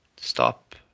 Stop